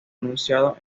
anunciado